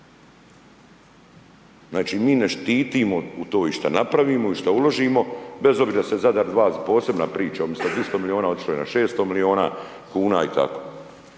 Znači mi ne štitimo u to i šta napravimo i šta uložimo, bez obzira .../nerazumljivo/... posebna priča, umjesto 200 milijuna, otišlo je na 600 milijuna kn i tako.